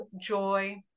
joy